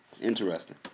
Interesting